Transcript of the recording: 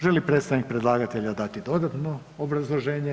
Želi li predstavnik predlagatelja dati dodatno obrazloženje?